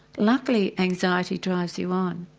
luckily anxiety drives you on,